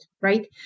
right